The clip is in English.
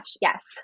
yes